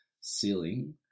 ceiling